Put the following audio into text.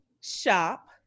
shop